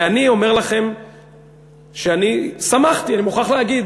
ואני אומר לכם שאני שמחתי, אני מוכרח להגיד,